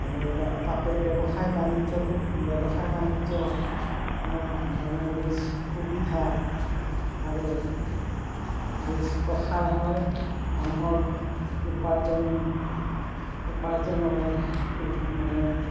আৰু তাতে ব্যৱসায় বাণিজ্যটোত ব্যৱসায় বাণিজ্য মানে বেছ সুবিধা আৰু বেছ প্ৰসাৰ হয় মানুহৰ উপাৰ্জন উপাৰ্জনৰ এটা মানে